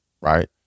right